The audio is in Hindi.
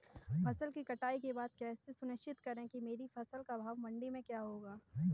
फसल की कटाई के बाद कैसे सुनिश्चित करें कि मेरी फसल का भाव मंडी में क्या होगा?